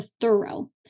thorough